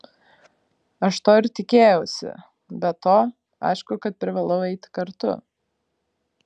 aš to ir tikėjausi be to aišku kad privalau eiti kartu